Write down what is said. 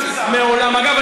אגב,